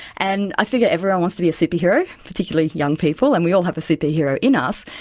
and i figure everyone wants to be a superhero, particularly young people, and we all have a superhero in us,